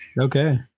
Okay